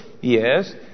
yes